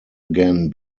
again